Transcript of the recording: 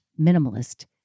minimalist